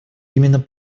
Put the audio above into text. именно